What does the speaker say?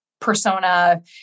persona